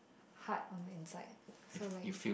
hard on the inside so like